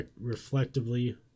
reflectively